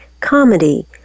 comedy